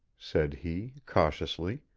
said he, cautiously.